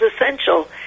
essential